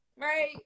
right